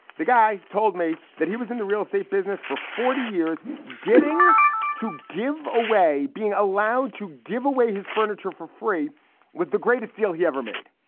the guy told me that he was in the real estate business for forty years. getting to give away. being allowed to give away his furniture for free was the greatest deal he ever made.